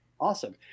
Awesome